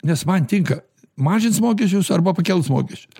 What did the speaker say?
nes man tinka mažins mokesčius arba pakels mokesč